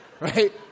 right